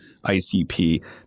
ICP